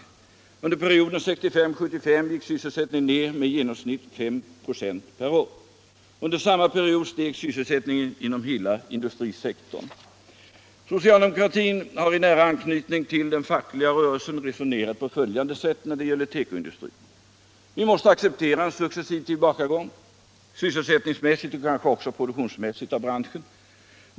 Under.perioden 1965-1975 gick sysselsättningen ner med 1i genomsnitt 5 ”; per år. Under samma period steg sysselsättningen inom hela industrisektorn. |. Socialdemokratin har i nära anknytning till den fackliga rörelsen resonerat på följande sätt när det gäller tekoindustrin. Vi måste acceptera en successiv tillbakagång — sysselsättningsmässigt och kanske också produktionsmässigt — av branschen.